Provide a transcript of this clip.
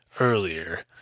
earlier